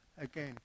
Again